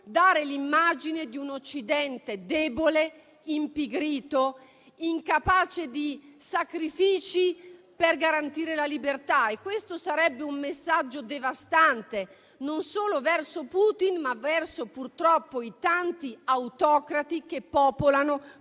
dare l'immagine di un Occidente debole, impigrito, incapace di sacrifici per garantire la libertà. Questo sarebbe un messaggio devastante, non solo verso Putin, ma verso i tanti autocrati che purtroppo